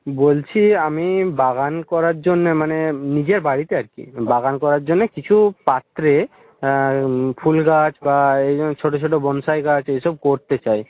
বলছি আমি বাগান করার জন্যে মানে নিজের বাড়িতে আর কি বাগান করার জন্যে কিছু পাত্রে ফুল গাছ বা এই ধরুন ছোটো ছোটো বনসাই গাছ এই সব করতে চাই